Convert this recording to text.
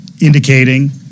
indicating